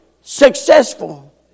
successful